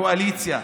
הקואליציה,